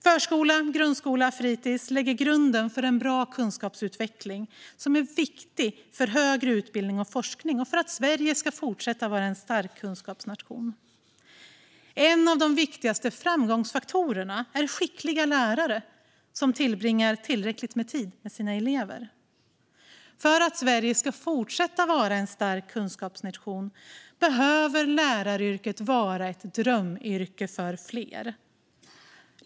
Förskola, grundskola och fritis lägger grunden för en bra kunskapsutveckling, vilket är viktigt för högre utbildning och forskning och för att Sverige ska fortsätta att vara en stark kunskapsnation. En av de viktigaste framgångsfaktorerna är skickliga lärare som tillbringar tillräckligt med tid med sina elever. För att Sverige ska fortsätta att vara en stark kunskapsnation behöver läraryrket vara ett drömyrke för fler.